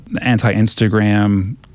anti-Instagram